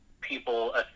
people